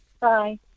Bye